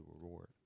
reward